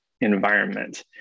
environment